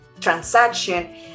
transaction